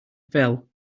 fell